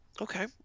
Okay